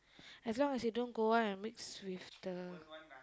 as long as he don't go out and mix with the